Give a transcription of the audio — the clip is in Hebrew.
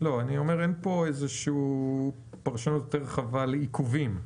אומר שאין כאן איזושהי פרשנות יותר רחבה לעיכובים.